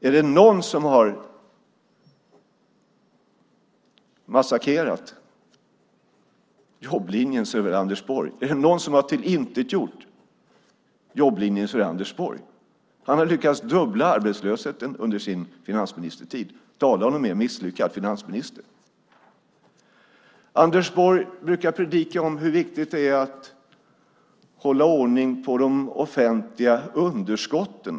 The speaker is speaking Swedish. Är det någon som har massakrerat jobblinjen är det väl Anders Borg. Är det någon som har tillintetgjort jobblinjen är det Anders Borg. Han har lyckats dubbla arbetslösheten under sin finansministertid. Tala om en misslyckad finansminister! Anders Borg brukar predika om hur viktigt det är att hålla ordning på de offentliga underskotten.